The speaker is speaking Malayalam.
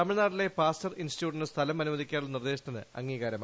തമിഴ്നാട്ടിലെ പാസ്ച്ചർ ഇൻസ്റ്റിട്ട്യൂട്ടിന് സ്ഥലം അനുവദിക്കാനുള്ള നിർദേശത്തിന് അംഗീകാരമായി